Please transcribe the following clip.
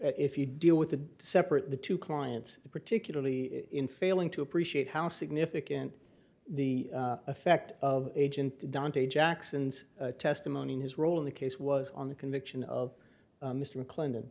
if you deal with the separate the two clients particularly in failing to appreciate how significant the effect of agent dante jackson's testimony and his role in the case was on the conviction of mr clendon